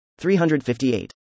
358